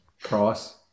Price